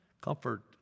Comfort